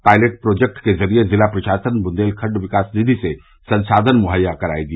pilot project के लिए जिला प्रशासन बुन्देलखंड विकास निधि से संसाधन मुहैया करवायेगी